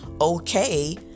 okay